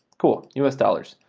cool, u s. dollars.